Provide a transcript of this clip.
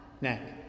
neck